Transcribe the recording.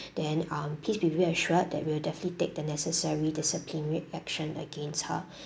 then um please be reassured that we will definitely take the necessary disciplinary action against her